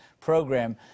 program